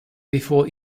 before